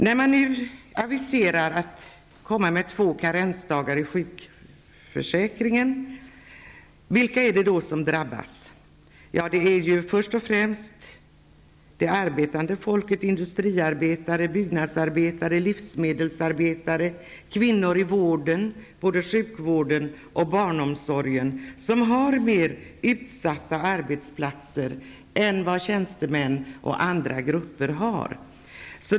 När man nu aviserar två karensdagar i sjukförsäkringen, vilka är det då som drabbas? Det är först och främst det arbetande folket -- industriarbetare, byggnadsarbetare, livsmedelsarbetare och kvinnor i vården, både sjukvård och barnomsorg. De har mer utsatta arbetsplatser än vad tjänstemän och andra grupper har.